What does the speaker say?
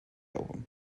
album